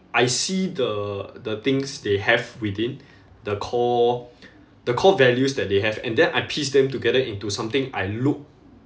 I see the the things they have within the core the core values that they have and then I piece them together into something I look